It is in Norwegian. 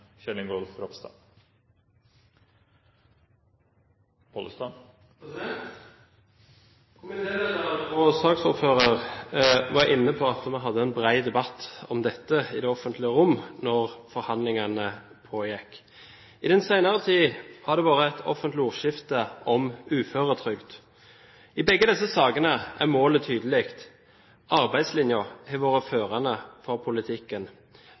og saksordføreren var inne på at vi hadde en bred debatt om dette i det offentlige rom da forhandlingene pågikk. I den senere tid har det vært et offentlig ordskifte om uføretrygd. I begge disse sakene er målet tydelig: Arbeidslinja har vært førende for politikken.